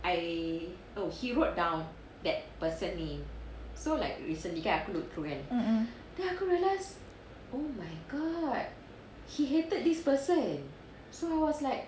mm